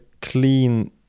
clean